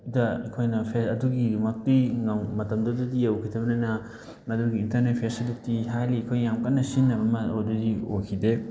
ꯗ ꯑꯩꯈꯣꯏꯅ ꯑꯗꯨꯒꯤ ꯃꯛꯇꯤ ꯃꯇꯝꯗꯨꯗꯗꯤ ꯌꯧꯈꯤꯗꯕꯅꯤꯅ ꯃꯗꯨꯒꯤ ꯏꯟꯇꯔꯅꯦꯠ ꯐꯦꯁꯤꯂꯤꯇꯤ ꯍꯥꯏꯂꯤ ꯑꯩꯈꯣꯏꯅ ꯌꯥꯝ ꯀꯟꯅ ꯁꯤꯖꯤꯟꯅꯕ ꯑꯗꯨꯗꯤ ꯑꯣꯏꯈꯤꯗꯦ